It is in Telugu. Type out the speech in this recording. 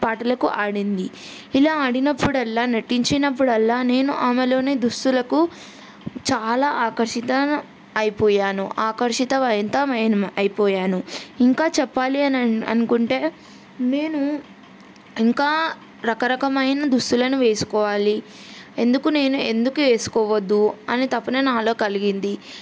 పాటలకు ఆడింది ఇలా ఆడినప్పుడల్లా నటించినప్పుడల్లా నేను ఆమెలోని దుస్తులకు చాలా ఆకర్షిత అయిపోయాను ఆకర్షితమైంతమైన అయిపోయాను ఇంకా చెప్పాలి అని అనుకుంటే నేను ఇంకా రకరకమైన దుస్తులను వేసుకోవాలి ఎందుకు నేను ఎందుకు వేసుకోవద్దు అని తపన నాలో కలిగింది